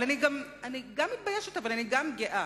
אני גם מתביישת אבל אני גם גאה,